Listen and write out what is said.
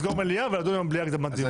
לסגור מליאה ולדון היום בלי הקדמת דיון.